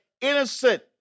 innocent